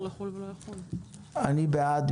אני בעד.